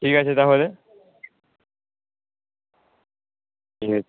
ঠিক আছে তাহলে